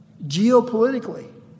geopolitically